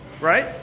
right